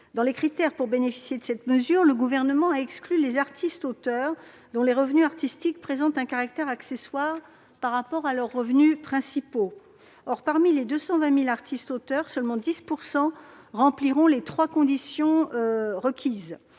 Dans les critères pour bénéficier de cette mesure, le Gouvernement a exclu de fait les artistes-auteurs, dont les revenus artistiques présentent un caractère accessoire par rapport à leurs revenus principaux. Ainsi, parmi les 220 000 artistes-auteurs, seulement 10 % rempliront les trois conditions cumulatives